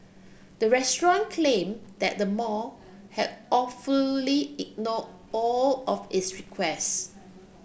the restaurant claimed that the mall had all fully ignore all of its requests